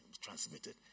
transmitted